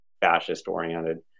fascist-oriented